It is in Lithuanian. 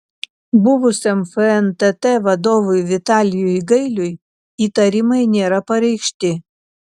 buvusiam fntt vadovui vitalijui gailiui įtarimai nėra pareikšti